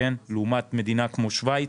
לעומת מדינה כמו שוויץ,